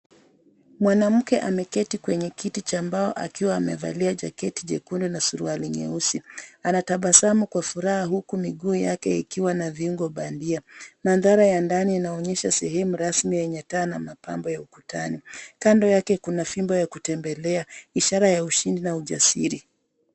Mwanamke ameketi kwenye kiti cha mbao akiwa amevalia jaketi jekundu na suruali nyeusi , anatasamu kwa furaha huku miguu yake ikiwa na viungo bandia, mandhara ya ndani inaonyesha sehemu rasmi yenye taa na mapambo ya ukutani , kando yake kuna fimbo ya kutembelea ishara ya ushindi na ujasiri.